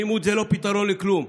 אלימות זה לא פתרון לכלום.